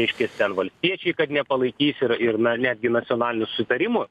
reiškias ten valstiečiai kad nepalaikys ir ir na netgi nacionalinio sutarimo